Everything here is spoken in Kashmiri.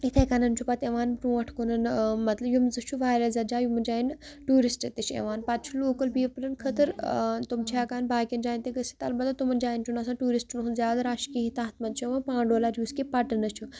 یِتھَے کَنَن چھُ پَتہٕ یِوان برونٛٹھ کُنَن مطلب یِم زٕ چھُ واریاہ زیادٕ جایہِ یِمَن جایَن ٹوٗرِسٹ تہِ چھِ یِوان پَتہٕ چھُ لوکَل پیٖپلَن خٲطر تِم چھِ ہیٚکان باقٕیَن جایَن تہِ گٔژھِتھ البتہ تِمَن جایَن چھُنہٕ آسان ٹوٗرِسٹَن ہُںٛد زیادٕ رَش کِہیٖنۍ تَتھ منٛز چھُ یِوان پانڈَو لَرِ یُس کہِ پَٹنہٕ چھُ